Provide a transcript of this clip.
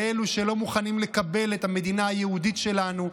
אלה שלא מוכנים לקבל את המדינה היהודית שלנו,